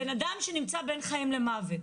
בן אדם שנמצא בין חיים למוות,